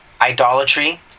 idolatry